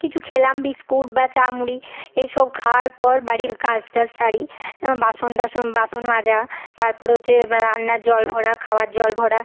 কিছু খেলাম বিস্কুট বা চা মুড়ি এই সব খাওয়ার পর বাড়ির কাজ টাজ সারি বাসন টাসন বাসন মাজা তার পরে হচ্ছে রান্নার জল ভরা খাওয়ার জল ভরা